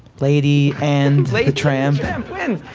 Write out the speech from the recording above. lady and the tramp wins,